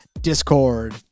discord